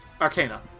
Arcana